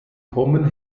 pommern